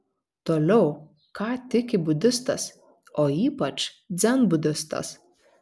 toliau ką tiki budistas o ypač dzenbudistas